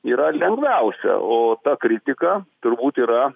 yra lengviausia o ta kritika turbūt yra